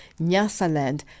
Nyasaland